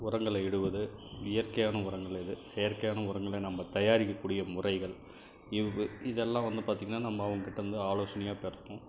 உரங்களை இடுவது இயற்கையான உரங்கள் எது செயற்கையான உரங்களை நம்ம தயாரிக்கக்கூடிய முறைகள் எது இதெல்லாம் வந்து பார்த்தீங்கன்னா நம்ம அவங்ககிட்டேருந்து ஆலோசனையாக பெறலாம்